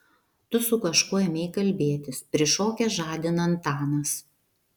tu su kažkuo ėmei kalbėtis prišokęs žadina antanas